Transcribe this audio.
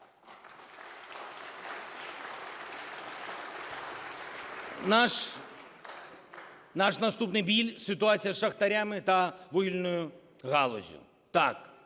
Наш наступний біль – ситуація з шахтарями та вугільною галуззю. Так,